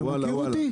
אתה מכיר אותי?